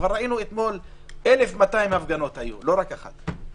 אבל ראינו שאתמול היו 1,200 הפגנות, לא רק אחת.